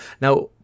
Now